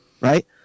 right